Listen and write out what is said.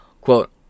Quote